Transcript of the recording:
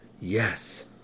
Yes